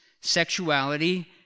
sexuality